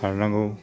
सारनांगौ